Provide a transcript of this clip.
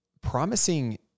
promising